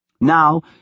Now